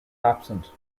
absent